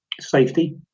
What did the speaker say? safety